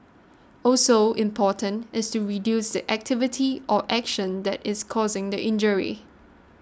also important is to reduce the activity or action that is causing the injury